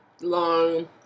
Long